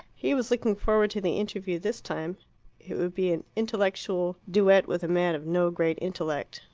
he was looking forward to the interview this time it would be an intellectual duet with a man of no great intellect.